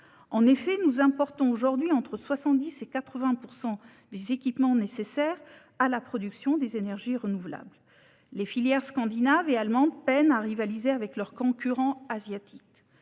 En effet, nous importons actuellement entre 70 % et 80 % des équipements nécessaires à la production d'énergies renouvelables. Les filières scandinaves et allemandes peinent à rivaliser avec leurs concurrents asiatiques.